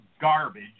garbage